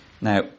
Now